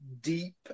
deep